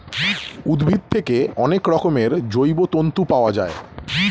উদ্ভিদ থেকে অনেক রকমের জৈব তন্তু পাওয়া যায়